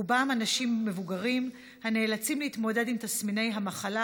רובם אנשים מבוגרים הנאלצים להתמודד עם תסמיני המחלה,